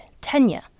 tenure